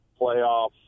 playoff